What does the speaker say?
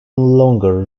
longer